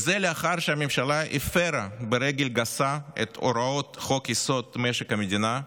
וזה לאחר שהממשלה הפרה ברגל גסה את הוראות חוק-יסוד: משק המדינה,